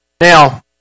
Now